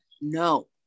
No